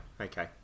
okay